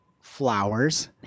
Flowers